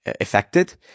affected